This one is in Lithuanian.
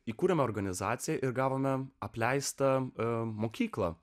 įkūrėme organizaciją ir gavome apleistą mokyklą